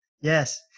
Yes